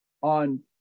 on